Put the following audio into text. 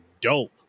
dope